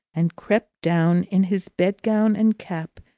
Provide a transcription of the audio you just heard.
and crept down in his bed-gown and cap,